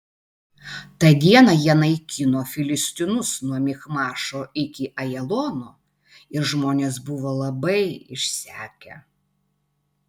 tą dieną jie naikino filistinus nuo michmašo iki ajalono ir žmonės buvo labai išsekę